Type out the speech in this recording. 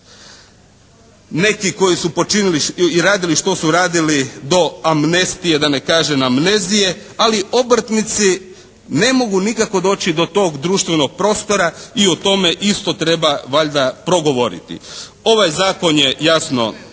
neki koji su počinili i radili što su radili do amnestije da ne kažem amnezije. Ali obrtnici ne mogu nikako doći do tog društvenog prostora i o tome isto treba valjda progovoriti. Ovaj zakon je jasno